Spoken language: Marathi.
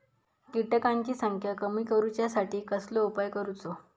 किटकांची संख्या कमी करुच्यासाठी कसलो उपाय करूचो?